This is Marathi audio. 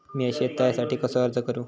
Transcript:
मीया शेत तळ्यासाठी कसो अर्ज करू?